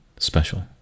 special